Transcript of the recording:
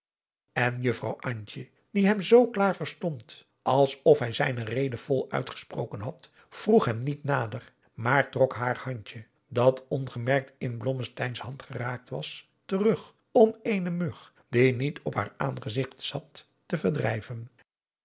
en juffrouw antje die hem zoo klaar verstond als of hij zijne rede vol uit gesproken had vroeg hem niet nader maar trok haar handje dat ongemerkt in blommesteyns hand geraakt was terug om eene mug die niet op haar aangezigt zat te verdrijven